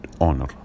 honor